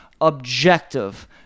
objective